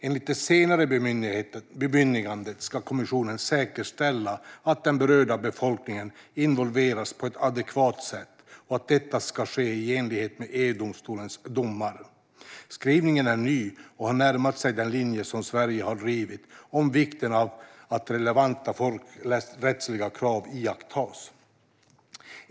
Enligt det senare bemyndigandet ska kommissionen säkerställa att den berörda befolkningen involveras på ett adekvat sätt och att detta ska ske i enlighet med EU-domstolens domar. Skrivningen är ny och har närmat sig den linje som Sverige har drivit om vikten av att relevanta folkrättsliga krav iakttas.